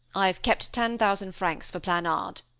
i have kept ten thousand francs for planard,